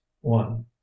one